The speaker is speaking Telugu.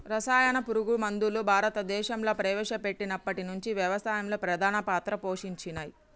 రసాయన పురుగు మందులు భారతదేశంలా ప్రవేశపెట్టినప్పటి నుంచి వ్యవసాయంలో ప్రధాన పాత్ర పోషించినయ్